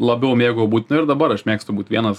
labiau mėgau būt nu ir dabar aš mėgstu būt vienas